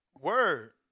Word